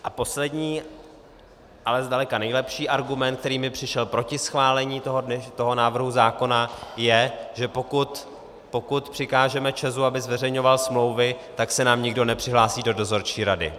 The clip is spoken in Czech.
A poslední, ale zdaleka nejlepší argument, který mi přišel proti schválení návrhu zákona, je, že pokud přikážeme ČEZu, aby zveřejňoval smlouvy, tak se nám nikdo nepřihlásí do dozorčí rady.